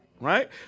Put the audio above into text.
right